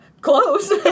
close